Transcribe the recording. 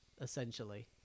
essentially